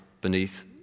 beneath